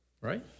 Right